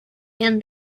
and